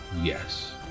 Yes